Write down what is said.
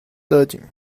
دادیم